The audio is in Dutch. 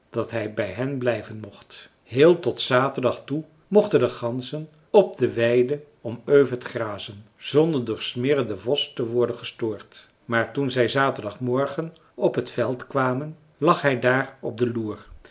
dat hij bij hen blijven mocht heel tot zaterdag toe mochten de ganzen op de weiden om öved grazen zonder door smirre den vos te worden gestoord maar toen zij zaterdagmorgen op het veld kwamen lag hij daar op den loer